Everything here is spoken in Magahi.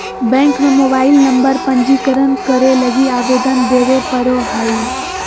बैंक में मोबाईल नंबर पंजीकरण करे लगी आवेदन देबे पड़ो हइ